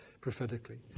prophetically